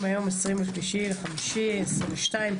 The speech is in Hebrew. היום 23.5.2022,